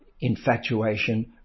infatuation